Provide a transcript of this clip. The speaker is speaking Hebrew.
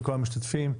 מכל המשתתפים,